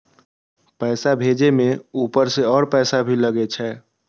पैसा भेजे में ऊपर से और पैसा भी लगे छै?